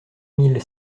mille